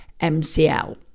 MCL